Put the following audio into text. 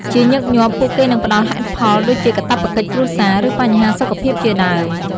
ជាញឹកញាប់ ពួកគេនឹងផ្តល់ហេតុផល ដូចជាកាតព្វកិច្ចគ្រួសារ ឬបញ្ហាសុខភាពជាដើម។